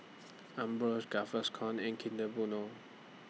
Ambros Gaviscon and Kinder Bueno